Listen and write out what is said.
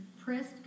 pressed